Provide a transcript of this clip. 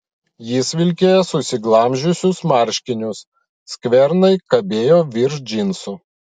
jis vilkėjo susiglamžiusius marškinius skvernai kabėjo virš džinsų